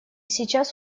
сейчас